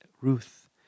Ruth